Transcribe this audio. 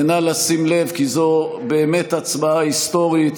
נא לשים לב, כי זו באמת הצבעה היסטורית,